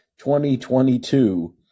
2022